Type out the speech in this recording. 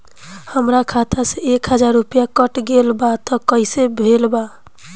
हमार खाता से एक हजार रुपया कट गेल बा त कइसे भेल बा?